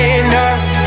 enough